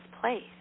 place